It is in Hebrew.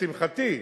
לשמחתי,